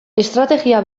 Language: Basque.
estrategia